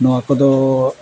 ᱱᱚᱣᱟ ᱠᱚᱫᱚ